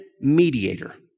mediator